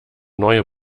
neue